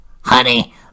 Honey